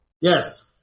Yes